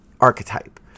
archetype